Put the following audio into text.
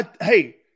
Hey